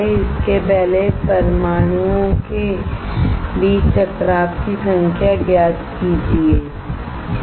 इसके पहले परमाणुओं के बीच टकराव की संख्या ज्ञात कीजिए ठीक